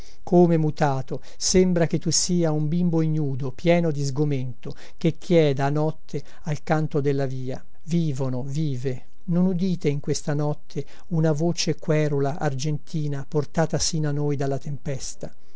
come mutato sembra che tu sia un bimbo ignudo pieno di sgomento che chieda a notte al canto della via vivono vive non udite in questa notte una voce querula argentina portata sino a noi dalla tempesta